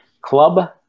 club